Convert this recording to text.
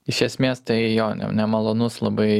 iš esmės tai jo ne nemalonus labai